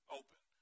open